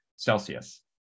Celsius